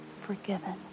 forgiven